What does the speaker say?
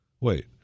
Wait